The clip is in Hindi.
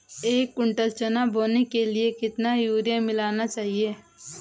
एक कुंटल चना बोने के लिए कितना यूरिया मिलाना चाहिये?